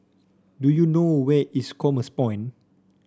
do you know where is Commerce Point